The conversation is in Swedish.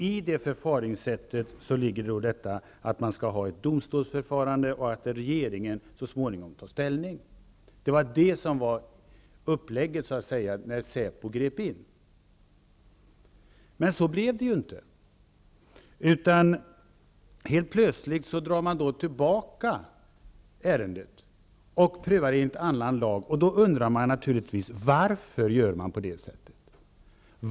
I det förfaringssättet ligger att man skall ha ett domstolsförfarande och att regeringen så småningom skall ta ställning. Detta var uppläggningen när SÄPO grep in. Men det blev inte så. Helt plötsligt drog man tillbaka ärendet för att pröva det enligt annan lag. Varför gör man på det sättet?